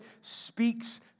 speaks